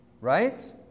Right